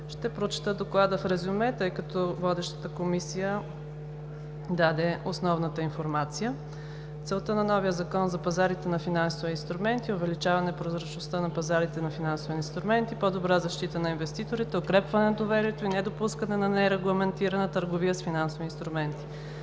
Ще прочета Доклада в резюме, тъй като водещата Комисия даде основната информация. „Целта на новия Закон за пазарите на финансови инструменти е увеличаване прозрачността на пазарите на финансови инструменти, по-добра защита на инвеститорите, укрепване на доверието и недопускане на нерегламентирана търговия с финансови инструменти.